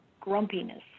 grumpiness